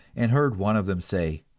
and heard one of them say